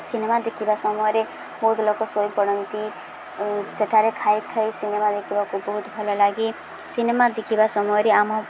cinema ଦେଖିବା ସମୟରେ ବହୁତ ଲୋକ ଶୋଇପଡ଼ନ୍ତି ସେଠାରେ ଖାଇ ଖାଇ ସିନେମା ଦେଖିବାକୁ ବହୁତ ଭଲ ଲାଗେ ସିନେମା ଦେଖିବା ସମୟରେ ଆମ